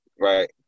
Right